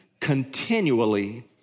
continually